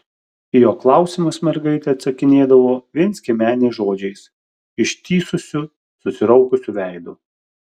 į jo klausimus mergaitė atsakinėdavo vienskiemeniais žodžiais ištįsusiu susiraukusiu veidu